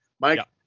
Mike